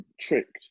tricked